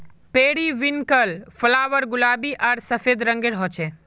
periwinkle flower गुलाबी आर सफ़ेद रंगेर होचे